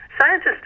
scientists